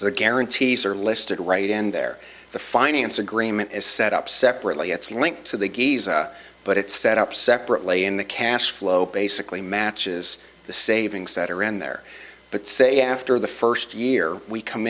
the guarantees are listed right in there the finance agreement is set up separately it's linked to the gays but it's set up separately and the cash flow basically matches the savings that are in there but say after the first year we come